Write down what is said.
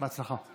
בהצלחה.